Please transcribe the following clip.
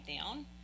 down